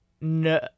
No